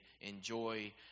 enjoy